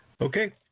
Okay